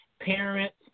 parents